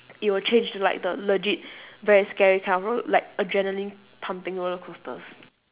it will change into like the legit very scary kind of r~ like adrenaline pumping roller coasters